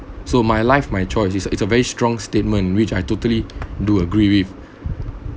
so my life my choice it's a it's a very strong statement which I totally do agree with